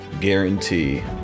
guarantee